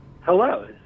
Hello